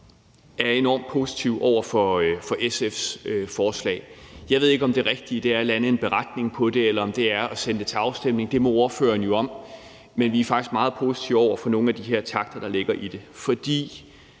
jeg enormt positiv over for SF's forslag. Jeg ved ikke, om det rigtige er at lande en beretning på det, eller om det er at sende det til afstemning. Det må ordføreren jo om. Men vi er faktisk meget positive over for nogle af de takter, der ligger i det. For